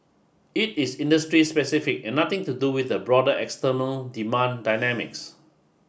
it is industry specific and nothing to do with the broader external demand dynamics